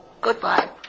Goodbye